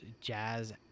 jazz